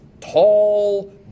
tall